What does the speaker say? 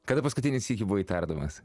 kada paskutinį sykį buvai tardomas